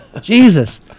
Jesus